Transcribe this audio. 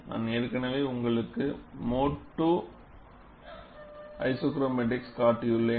நான் ஏற்கனவே உங்களுக்கு மோடு II ஐசோக்ரோமாடிக்ஸ் காட்டியுள்ளேன்